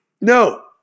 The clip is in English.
No